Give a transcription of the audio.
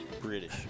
British